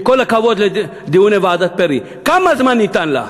עם כל הכבוד לדיוני ועדת פרי, כמה זמן ניתן לה?